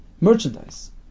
Merchandise